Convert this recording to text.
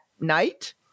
night